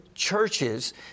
churches